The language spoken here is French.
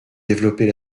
développer